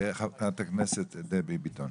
חברת הכנסת דבי ביטון.